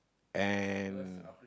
and